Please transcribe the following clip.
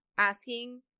asking